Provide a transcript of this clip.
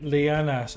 Liana